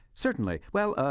certainly. well, ah,